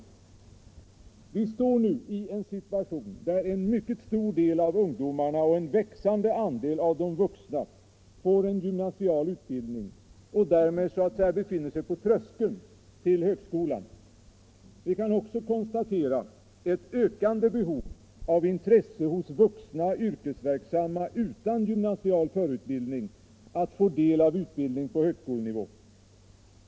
Vi står nu i en situation, där en mycket stor del av ungdomarna och en växande andel av de vuxna får en gymnasial utbildning och därmed så att säga befinner sig på tröskeln till högskolan. Vi kan också konstatera ett ökande behov och intresse hos vuxna yrkesverksamma utan gymnasial förutbildning att få del av utbildning på högskolenivå.